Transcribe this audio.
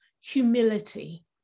humility